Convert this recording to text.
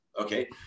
Okay